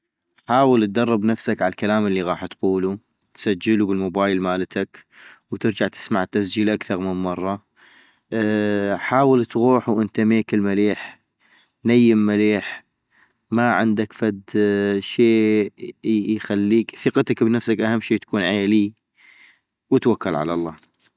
حاول ادرب نفسك عالكلام الي غاح تقولو، تسجلو بالموبايل مالتك ونرجع تسمع التسجيل اكثغ من مرة - حاول تغوح وانت ميكل مليح، نيم مليح ماعندك فد شي يخليك-ثقتك لنفسك اهم شي تكون عيلي، وتوكل على الله